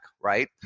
right